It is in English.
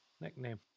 Nickname